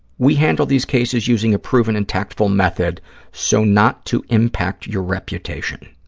we handle these cases using a proven and tactful method so not to impact your reputation.